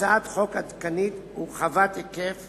הצעת חוק עדכנית ורחבת היקף